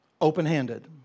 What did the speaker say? open-handed